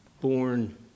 born